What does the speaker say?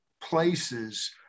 places